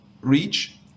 reach